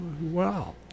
Wow